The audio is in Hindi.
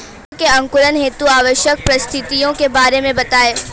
बीजों के अंकुरण हेतु आवश्यक परिस्थितियों के बारे में बताइए